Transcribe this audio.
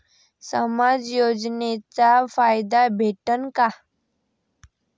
समाज योजनेचा फायदा भेटन का?